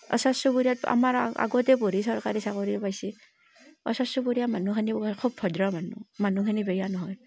ওচৰ চুবুৰীয়াত আমাৰ আগতে পঢ়ি চৰকাৰী চাকৰিও পাইছে ওচৰ চুবুৰীয়া মানুহখিনি খুব ভদ্ৰ মানুহ মানুহখিনি বেয়া নহয়